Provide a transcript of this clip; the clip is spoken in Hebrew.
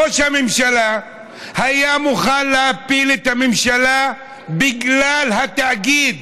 ראש הממשלה היה מוכן להפיל את הממשלה בגלל התאגיד.